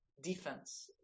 defense